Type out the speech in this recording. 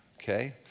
Okay